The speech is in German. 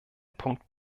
punkt